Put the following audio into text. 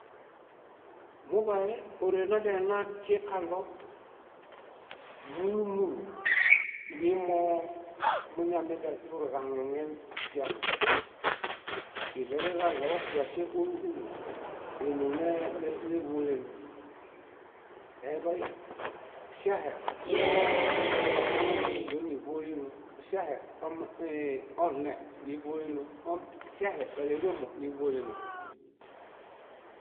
Muḃaye óre nadiale natiekaɭo múlu múlu nimoo muñamedial pur kaluŋen apiamo. Iɭeruġaɭo yaŝeŋ úlu úlu énoo nee- néḃuoleno. Eḃay ŝahe om yaŝeŋ oma ñónibuoleno, ŝahe om- ĩĩ- oɭẽ níbuoleno, ŝahe káleġamo níbuoleno.